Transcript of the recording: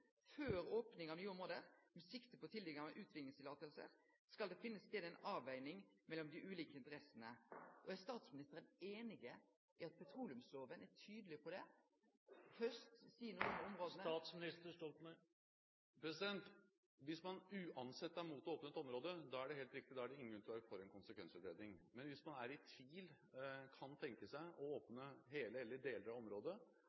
Før opning av nye område med sikte på tildeling av utvinningsløyver skal det vere ei avveiing mellom dei ulike interessene. Er statsministeren einig i at petroleumsloven er tydeleg på det? Hvis man uansett er imot å åpne et område, er det helt riktig at da er det ingen grunn til å være for en konsekvensutredning. Men hvis man er i tvil og kan tenke seg å